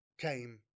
came